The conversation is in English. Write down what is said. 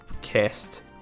cast